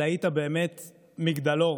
אתה היית באמת מגדלור.